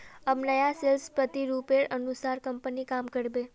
अब नया सेल्स प्रतिरूपेर अनुसार कंपनी काम कर बे